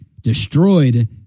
destroyed